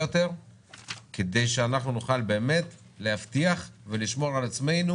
יותר כדי שאנחנו נוכל באמת להבטיח ולשמור על עצמנו